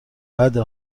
بده